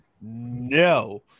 no